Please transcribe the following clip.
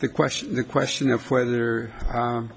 the question the question of whether